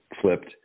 flipped